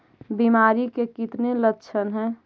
बीमारी के कितने लक्षण हैं?